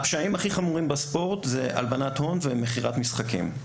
הפשעים הכי חמורים בספורט זה הלבנת הון ומכירת משחקים.